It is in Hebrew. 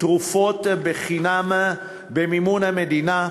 תרופות בחינם במימון המדינה.